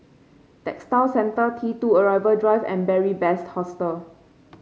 Textile Centre T two Arrival Drive and Beary Best Hostel